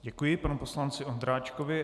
Děkuji panu poslanci Ondráčkovi.